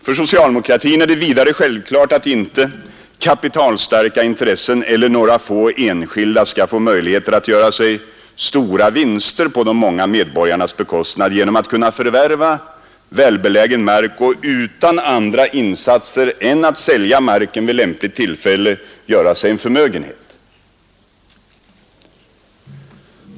För socialdemokratin är det vidare självklart att inte kapitalstarka intressen eller några få enskilda skall få möjligheter att göra sig stora vinster på de många medborgarnas bekostnad genom att kunna förvärva välbelägen mark och utan andra insatser än att sälja marken vid lämpligt tillfälle göra sig en förmögenhet.